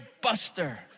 buster